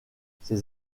ces